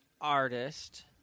artist